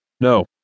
No